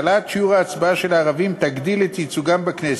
העלאת שיעור ההצבעה של הערבים תגדיל את ייצוגם בכנסת.